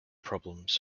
problems